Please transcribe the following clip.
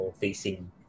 facing